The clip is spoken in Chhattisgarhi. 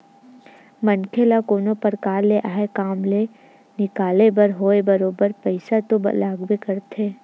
मनखे ल कोनो परकार ले आय काम ल निकाले बर होवय बरोबर पइसा तो लागबे करथे